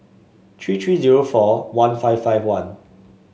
three three zero four one five five one